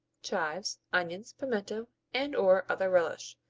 chives, onions, pimiento and or other relish.